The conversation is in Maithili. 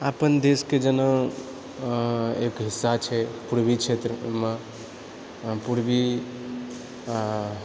अपन देशके जेना एक हिस्सा छै पूर्वी क्षेत्र ओहिमे पूर्वी